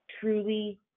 truly